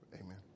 Amen